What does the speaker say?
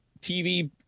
TV